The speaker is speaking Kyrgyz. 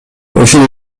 ушул